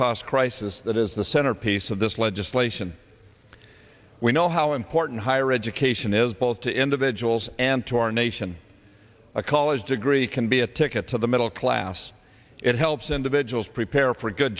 cost crisis that is the centerpiece of this legislation we know how important higher education is both to individuals and to our nation a college degree can be a ticket to the middle class it helps individuals prepare for good